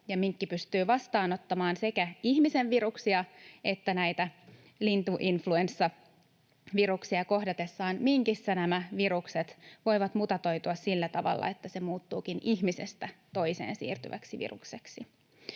ja minkki pystyy vastaanottamaan sekä ihmisen viruksia että näitä lintuinfluenssaviruksia. Minkissä nämä virukset voivat kohdatessaan mutatoitua sillä tavalla, että ne muuttuvatkin ihmisestä toiseen siirtyväksi virukseksi.